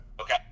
Okay